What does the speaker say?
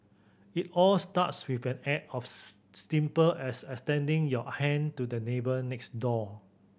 it all starts with an act as extending your hand to the neighbour next door